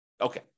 Okay